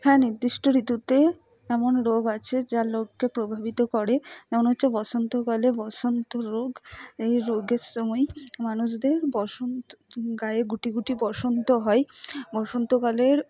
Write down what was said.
হ্যাঁ নির্দিষ্ট ঋতুতে এমন রোগ আছে যা লোককে প্রভাবিত করে যেমন হচ্ছে বসন্ত কালে বসন্ত রোগ এই রোগের সময় মানুষদের বসন্ত গায়ে গুটিগুটি বসন্ত হয় বসন্ত কালের